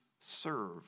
serve